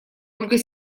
ольгой